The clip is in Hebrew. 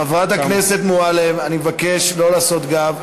חברת הכנסת מועלם, אני מבקש שלא להפנות גב.